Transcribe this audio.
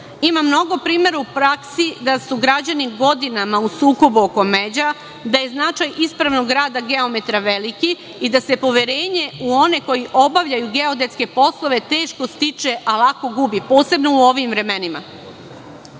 Imam mnogo primera u praksi da su građani godinama u sukobu oko međa, da je značaj ispravnog rada geometra veliki i da se poverenje u one koji obavljaju geodetske poslove teško stiče, a lako gubi, posebno u ovim vremenima. Određena